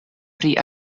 pri